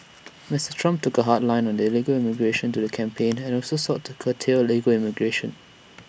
Mister Trump took A hard line on illegal immigration during the campaign and also sought to curtail legal immigration